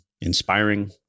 inspiring